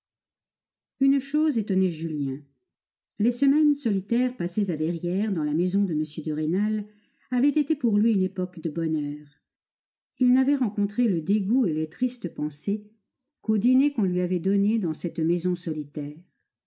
une chose étonnait julien les semaines solitaires passées à verrières dans la maison de m de rênal avaient été pour lui une époque de bonheur il n'avait rencontré le dégoût et les tristes pensées qu'aux dîners qu'on lui avait donnés dans cette maison solitaire